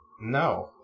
No